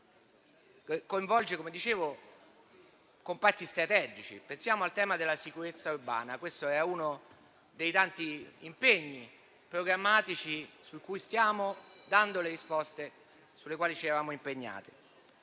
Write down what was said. che coinvolge - come dicevo - comparti strategici. Pensiamo al tema della sicurezza urbana: questo è uno dei tanti impegni programmatici su cui stiamo dando quelle risposte per le quali ci eravamo impegnati.